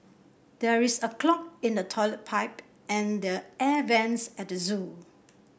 there is a clog in the toilet pipe and the air vents at the zoo